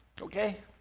okay